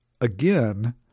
Again